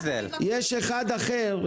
----- יש אחד אחר,